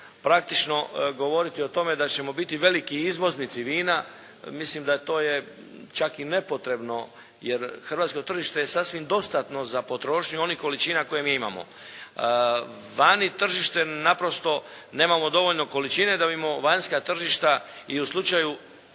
praktično govoriti o tome da ćemo biti veliki izvoznici vina, mislim da to je čak i nepotrebno, jer Hrvatsko tržište je sasvim dostatno za potrošnju onih količina koje mi imamo. Vani tržište naprosto nemamo dovoljno količine, da bi vanjska tržišta, i u slučaju